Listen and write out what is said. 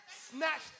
snatched